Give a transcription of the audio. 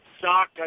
Stock